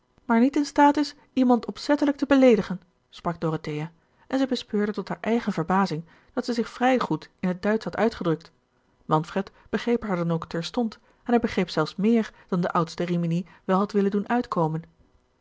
maar niet in staat is iemand opzettelijk te beleedigen sprak dorothea en zij bespeurde tot haar eigen verbazing dat zij zich vrij goed in het duitsch had uitgedrukt manfred begreep haar dan ook terstond en hij begreep zelfs meer dan de oudste rimini wel had willen doen uitkomen